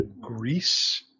Greece